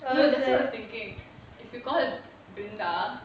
that's why I was thinking if you called brenda